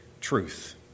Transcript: truth